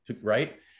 right